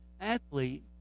athlete